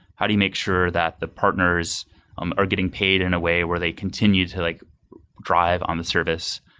how do you make sure that the partners are getting paid in a way where they continue to like drive on the service?